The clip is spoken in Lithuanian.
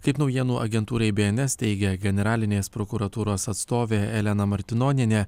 kaip naujienų agentūrai bns teigė generalinės prokuratūros atstovė elena martinonienė